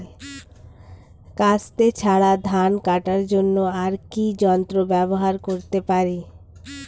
কাস্তে ছাড়া ধান কাটার জন্য আর কি যন্ত্র ব্যবহার করতে পারি?